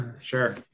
Sure